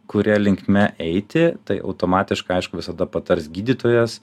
kuria linkme eiti tai automatiškai aišku visada patars gydytojas